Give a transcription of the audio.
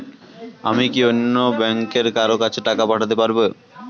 আমি কি অন্য ব্যাংকের কারো কাছে টাকা পাঠাতে পারেব?